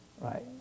Right